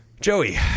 joey